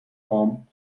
form